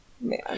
Man